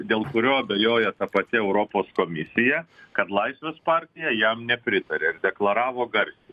dėl kurio abejoja ta pati europos komisija kad laisvės partija jam nepritarė ir deklaravo garsiai